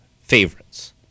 favorites